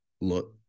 look